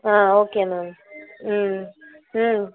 ஆ okay ma'am hmm ம்